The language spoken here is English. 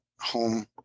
home